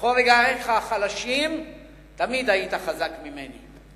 ובכל רגעיך החלשים תמיד היית חזק ממני.